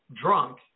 drunk